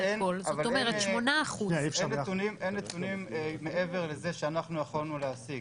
זאת אומרת ש-8% --- אין נתונים מעבר לזה שאנחנו יכולנו להציג.